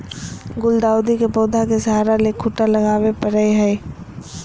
गुलदाऊदी के पौधा के सहारा ले खूंटा लगावे परई हई